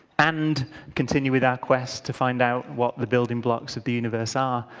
and continue with our quest to find out what the building blocks of the universe are.